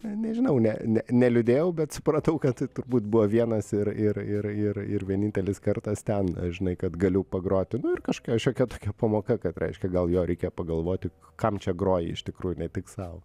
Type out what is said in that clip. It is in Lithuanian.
n nežinau ne ne neliūdėjau bet supratau kad tai turbūt buvo vienas ir ir ir ir ir vienintelis kartas ten žinai kad galiu pagroti ir kažkokia šiokia tokia pamoka kad reiškia gal jo reikia pagalvoti kam čia groji iš tikrųjų ne tik sau